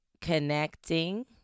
connecting